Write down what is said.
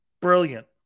Brilliant